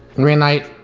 green light.